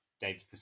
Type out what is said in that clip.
david